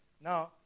Now